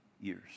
years